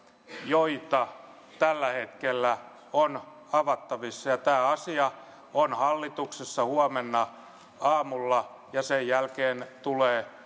joita tällä hetkellä on avattavissa tämä asia on hallituksessa huomenna aamulla ja sen jälkeen tulee